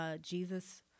Jesus